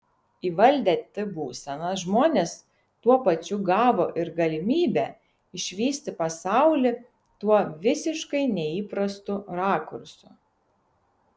įvaldę t būseną žmonės tuo pačiu gavo ir galimybę išvysti pasaulį tuo visiškai neįprastu rakursu